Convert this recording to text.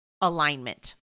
alignment